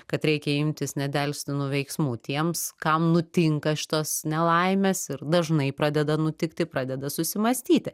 kad reikia imtis nedelstinų veiksmų tiems kam nutinka šitos nelaimės ir dažnai pradeda nutikti pradeda susimąstyti